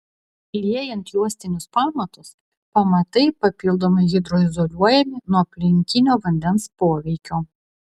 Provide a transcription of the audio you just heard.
liejant juostinius pamatus pamatai papildomai hidroizoliuojami nuo aplinkinio vandens poveikio